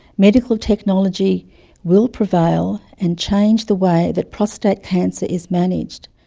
medical technology will prevail and change the way that prostate cancer is managed.